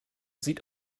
sieht